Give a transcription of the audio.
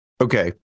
Okay